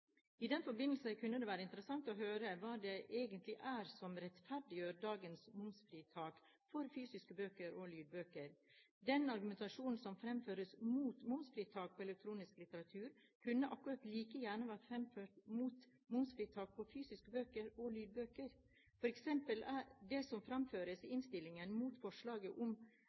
I den forbindelse kunne det være interessant å høre hva det egentlig er som rettferdiggjør dagens momsfritak for fysiske bøker og lydbøker. Den argumentasjonen som framføres mot momsfritak på elektronisk litteratur, kunne akkurat like gjerne vært framført mot momsfritaket på fysiske bøker og lydbøker. For eksempel fremføres det i innstillingen mot forslaget